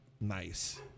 Nice